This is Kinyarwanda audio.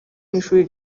n’ishuri